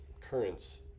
currents